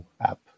app